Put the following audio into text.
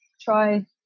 try